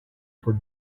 for